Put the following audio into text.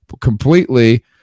completely